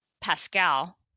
Pascal